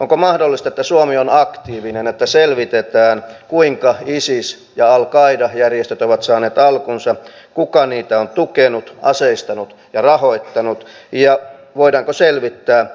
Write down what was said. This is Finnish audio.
onko mahdollista että suomi on aktiivinen että selvitetään kuinka isis ja al qaidajärjestöt ovat saaneet alkunsa kuka niitä on tukenut aseistanut ja rahoittanut ja voidaanko selvittää